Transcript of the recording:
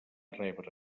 rebre